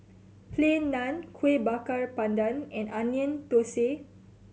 Plain Naan Kueh Bakar Pandan and Onion Thosai